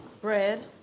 bread